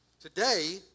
today